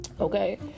Okay